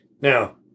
Now